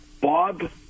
Bob